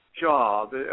job